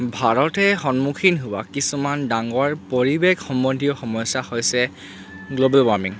ভাৰতে সন্মুখীন হোৱা কিছুমান ডাঙৰ পৰিৱেশ সম্বন্ধীয় সমস্যা হৈছে গ্ল'বেল ৱাৰ্মিং